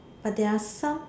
but there are some